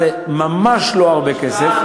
זה ממש לא הרבה כסף.